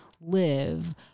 live